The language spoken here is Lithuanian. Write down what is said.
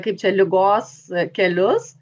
kaip čia ligos kelius